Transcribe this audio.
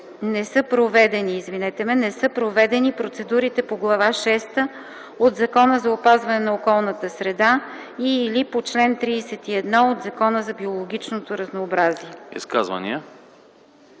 не са проведени процедурите по Глава шеста от Закона за опазване на околната среда и/или по чл. 31 от Закона за биологичното разнообразие”.”